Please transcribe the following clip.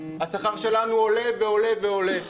השכר שלנו עולה ועולה ועולה,